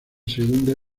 segunda